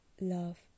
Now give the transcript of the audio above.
love